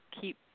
keep